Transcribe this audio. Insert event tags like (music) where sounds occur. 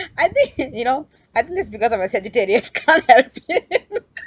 I think (laughs) you know I think that's because I'm a sagittarius can't help it (laughs)